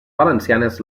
valencianes